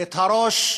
את הראש,